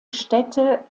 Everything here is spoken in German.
städte